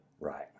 Right